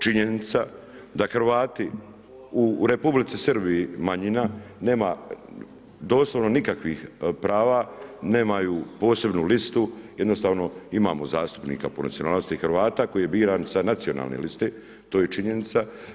Činjenica da Hrvati u Republici Srbiji, manjina, nema doslovno nikakvih prava, nemaju posebnu listu, jednostavno imamo zastupnika po nacionalnosti Hrvata koji je biran sa nacionalne liste, to je činjenica.